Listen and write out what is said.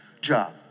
job